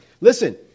Listen